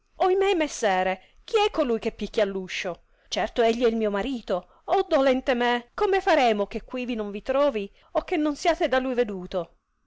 disse ohimè messere chi è colui che picchia air uscio certo egli è il mio marito dolente me come faremo che quivi non vi trovi o che non siate da lui veduto